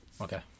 Okay